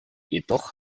jedoch